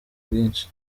bwinshi